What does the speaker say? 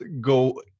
go